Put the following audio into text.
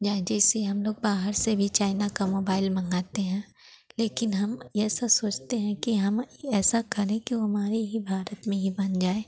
या जैसे हम लोग बाहर से भी चाइना का मोबाइल मँगाते हैं लेकिन हम यह ऐसा सोचते हैं कि हम ऐसा करें कि वह हमारे ही भारत में ही बन जाए